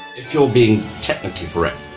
if you're being technically correct,